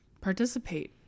participate